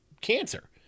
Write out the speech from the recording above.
cancer